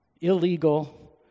illegal